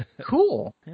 cool